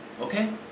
okay